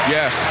Yes